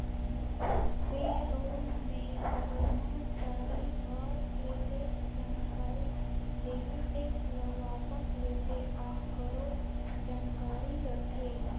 पे role मे करमाचारी भर के टेक्स जानकारी जेहर टेक्स ल वापस लेथे आकरो जानकारी रथे